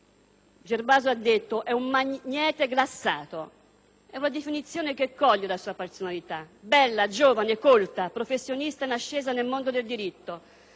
dire di Alma: è «un magnete glassato». È una definizione che coglie la sua personalità. Bella, giovane, colta, professionista in ascesa nel mondo del diritto.